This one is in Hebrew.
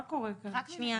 מה קורה כאן?